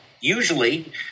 usually